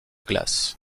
glace